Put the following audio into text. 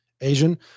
asian